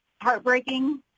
heartbreaking